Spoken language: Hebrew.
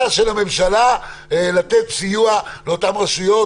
חובתה של הממשלה לתת סיוע לאותן רשויות